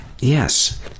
yes